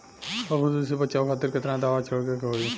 फाफूंदी से बचाव खातिर केतना दावा छीड़के के होई?